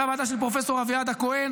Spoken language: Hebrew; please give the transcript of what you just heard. אותה ועדה של פרופ' אביעד הכהן